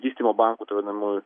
vystymo bankų tai vadinamųjų